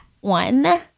one